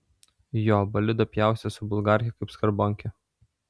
jo bolidą pjaustė su bulgarke kaip skarbonkę